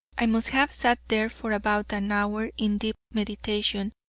i must have sat there for about an hour in deep meditation,